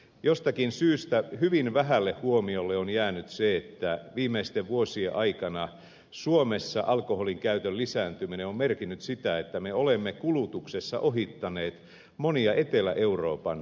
jostakin syystä hyvin vähälle huomiolle on jäänyt se että viimeisten vuosien aikana suomessa alkoholinkäytön lisääntyminen on merkinnyt sitä että me olemme kulutuksessa ohittaneet monia etelä euroopan maita